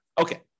Okay